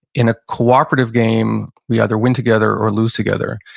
in a cooperative game, we either win together or lose together.